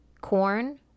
corn